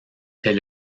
est